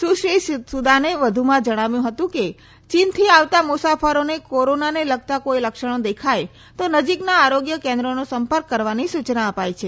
સુશ્રી સુદાને વધુમાં જણાવ્યું હતું કે ચીનથી આવતા મુસાફરોને કોરોનાને લગતા કોઈ લક્ષણો દેખાય તો નજીકના આરોગ્ય કેન્દ્રનો સંપર્ક કરવાની સૂચના અપાઈ છે